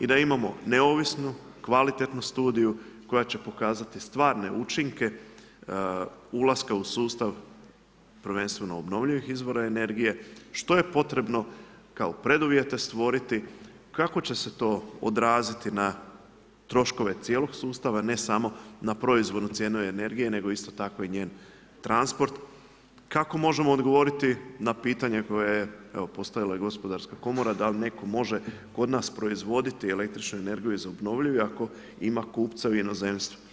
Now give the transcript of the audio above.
i da imamo, neovisnu, kvalitetnu studiju koja će pokazati stvarne učinke ulaska u sustav prvenstveno obnovljivih izvora energije, što je potrebno kao preduvjete stvoriti, kako će se to odraziti na troškove cijelog sustava, ne samo na proizvoljnu cijenu energije, nego isto tako i na njen transport, kako možemo odgovoriti na pitanje koje je postavilo i gospodarska komora, dal netko može kod nas proizvoditi el. energiju iz obnovljivog, ako ima kupca u inozemstvu.